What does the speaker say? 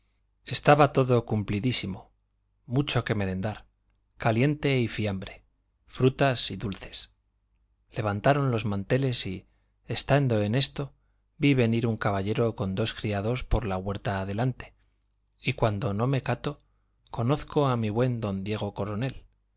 estaba todo cumplidísimo mucho que merendar caliente y fiambre frutas y dulces levantaron los manteles y estando en esto vi venir un caballero con dos criados por la huerta adelante y cuando no me cato conozco a mi buen don diego coronel